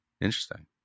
Interesting